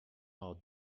are